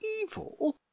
evil